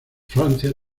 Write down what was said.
francia